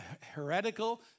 heretical